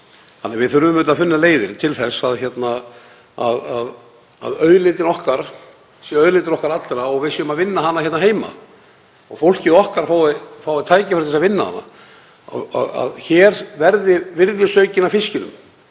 Við þurfum að finna leiðir til þess að auðlindin okkar sé auðlindin okkar allra og við séum að vinna hana hérna heima og fólkið okkar fái tækifæri til að vinna hana, að hér verði virðisaukinn af fiskinum.